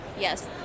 Yes